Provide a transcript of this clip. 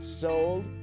sold